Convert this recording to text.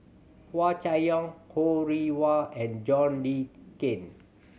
Hua Chai Yong Ho Rih Hwa and John Le Cain